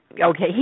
Okay